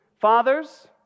Fathers